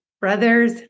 brothers